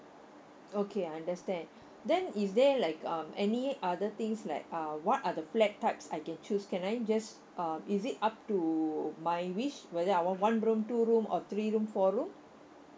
okay I understand then is there like um any other things like uh what are the flat types I can choose can I just um is it up to my wish whether I want one room two room or three room four room